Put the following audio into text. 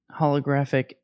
holographic